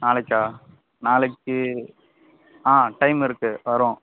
நாளைக்கா நாளைக்கு ஆ டைம் இருக்குது வர்றோம்